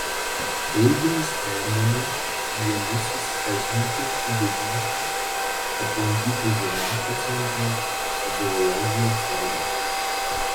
taigi nusprendėme vieni susipažinti su didmiesčiu aplankyti žirafų centrą zoologijos sodą